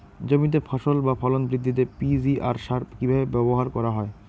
জমিতে ফসল বা ফলন বৃদ্ধিতে পি.জি.আর সার কীভাবে ব্যবহার করা হয়?